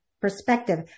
perspective